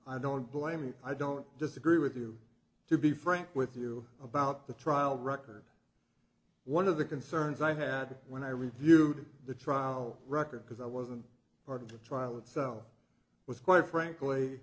i don't blame you i don't disagree with you to be frank with you about the trial record one of the concerns i had when i reviewed the trial record because i wasn't part of the trial itself was quite frankly